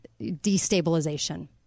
destabilization